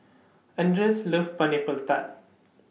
Andres loves Pineapple Tart